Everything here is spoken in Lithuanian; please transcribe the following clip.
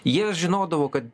jie žinodavo kad